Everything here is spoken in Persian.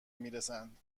میرسند